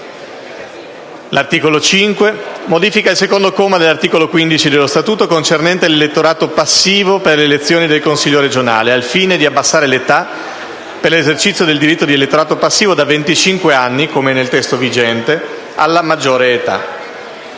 L'articolo 5 modifica il secondo comma dell'articolo 15 dello Statuto, concernente l'elettorato passivo per le elezioni del Consiglio regionale, al fine di abbassare l'età per l'esercizio del diritto di elettorato passivo da 25 anni, come nel testo vigente, alla maggiore età.